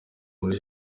muri